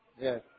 Yes